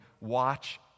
Watch